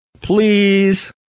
Please